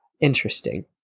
Interesting